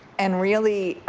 and really